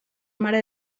mare